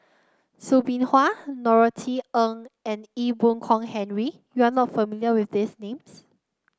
Soo Bin Chua Norothy Ng and Ee Boon Kong Henry you are not familiar with these names